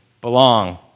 belong